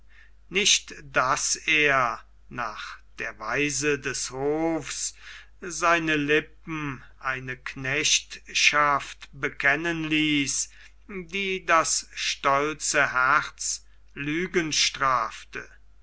nicht daß er nach der weise des hofs seine lippen eine knechtschaft bekennen ließ die das stolze herz lügen strafte